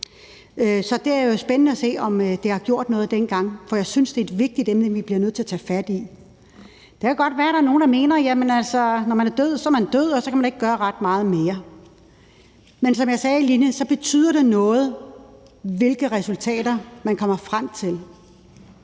så det er jo spændende at se, om det, man gjorde dengang, har gjort noget, for jeg synes, at det er et vigtigt emne, vi bliver nødt til at tage fat i. Det kan godt være, at der er nogle, der mener, at når man er død, er man død, og så kan man ikke gøre ret meget mere, men som jeg sagde tidligere, betyder det noget, hvilke resultater man kommer frem til.